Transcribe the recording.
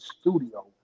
studio